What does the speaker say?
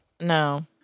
No